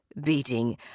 beating